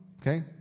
Okay